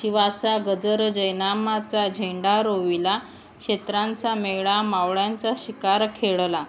शिवाचा गजर जयनामाचा झेंडा रोविला क्षेत्रांचा मेळा मावळ्यांचा शिकार खेळला